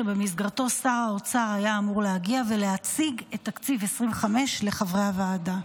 שבמסגרתו שר האוצר היה אמור להגיע ולהציג את תקציב 2025 לחברי הוועדה.